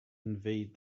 invade